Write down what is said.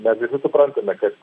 mes visi suprantame kad